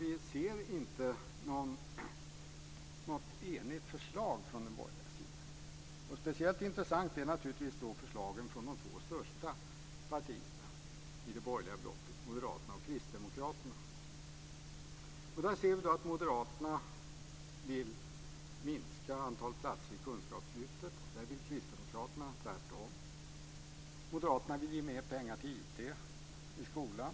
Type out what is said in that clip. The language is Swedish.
Vi ser inte något enigt förslag från den borgerliga sidan. Speciellt intressant är naturligtvis förslagen från de två största partierna i det borgerliga blocket, Moderaterna och Kristdemokraterna. Vi ser att Moderaterna vill minska antalet platser i kunskapslyftet. Där vill Kristdemokraterna tvärtom. Moderaterna vill ge mer pengar till IT i skolan.